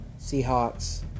Seahawks